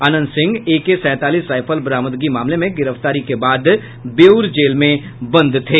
अनंत Singh AK सैंतालीस rifle बरामदगी मामले में गिरफ्तारी के बाद अभी बेऊर जेल में बंद थे